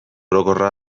orokorra